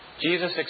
Jesus